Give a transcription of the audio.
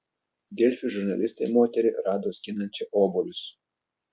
delfi žurnalistai moterį rado skinančią obuolius